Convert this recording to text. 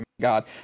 God